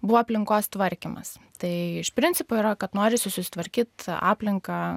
buvo aplinkos tvarkymas tai iš principo yra kad norisi susitvarkyt aplinką